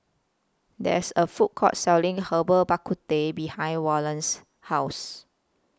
There IS A Food Court Selling Herbal Bak Ku Teh behind Wallace's House